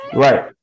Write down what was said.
right